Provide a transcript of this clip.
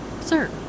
sir